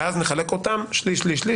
ואז נחלק אותם שליש לכל אחד,